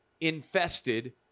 infested